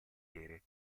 vedere